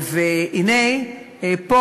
הנה פה,